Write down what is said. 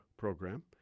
program